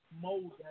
mold